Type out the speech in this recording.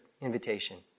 invitation